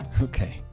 Okay